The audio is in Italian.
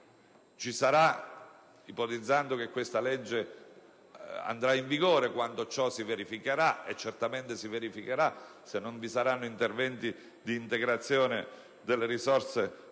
Ipotizzando che quella legge andrà in vigore, quando ciò si verificherà - e certamente si verificherà se non vi saranno interventi di integrazione delle risorse finanziarie